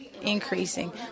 increasing